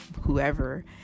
whoever